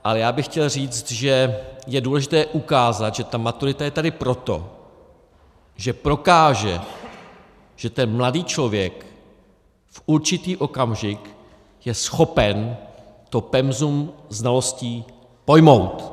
Ale já bych chtěl říct, že je důležité ukázat, že ta maturita je tady proto, že prokáže, že ten mladý člověk v určitý okamžik je schopen to penzum znalostí pojmout.